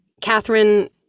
Catherine